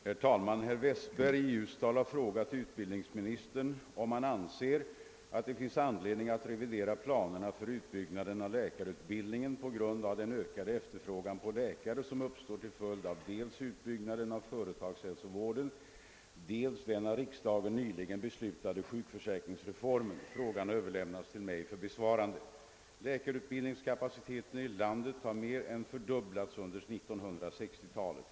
Herr talman! Herr Westberg i Ljus dal har frågat utbildningsministern om han anser att det finns anledning att revidera planerna för utbyggnaden av läkarutbildningen på grund av den ökade efterfrågan på läkare som uppstår till följd av dels utbyggnaden av företagshälsovården, dels den av riksdagen nyligen beslutade sjukförsäkringsreformen. Frågan har överlämnats till mig för besvarande. Läkarutbildningskapaciteten i landet har mer än fördubblats under 1960-talet.